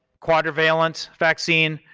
quadrivalent vaccine,